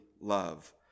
love